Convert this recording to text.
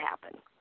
happen